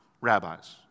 rabbis